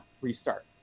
restart